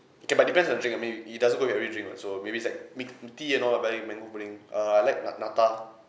okay but depends on the drink maybe it doesn't go with every drink [what] so maybe is like milk tea and all but with mango pudding err I like na~ nata